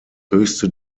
höchste